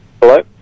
Hello